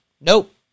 Nope